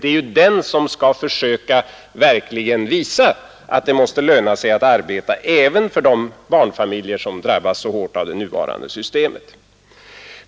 Det är den utredningen som skall försöka visa att det verkligen går att åstadkomma ett skattesystem som gör att det lönar sig att arbeta, även för de barnfamiljer som drabbas så hårt av det nuvarande systemet.